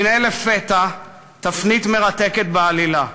והנה לפתע, תפנית מרתקת בעלילה: